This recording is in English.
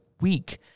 week